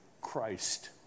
Christ